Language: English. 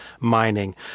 mining